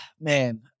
Man